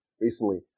recently